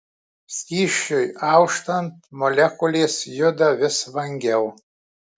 skysčiui auštant molekulės juda vis vangiau